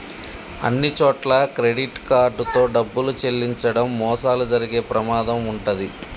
అన్నిచోట్లా credit card తో డబ్బులు చెల్లించడం మోసాలు జరిగే ప్రమాదం వుంటది